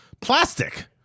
plastic